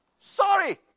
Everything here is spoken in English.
sorry